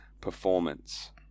performance